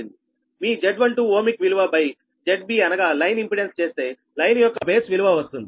మీ Z12 ohmic విలువ by ZBఅనగా line impedance చేస్తే లైన్ యొక్క బేస్ విలువ వస్తుంది